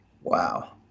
Wow